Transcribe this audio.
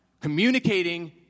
communicating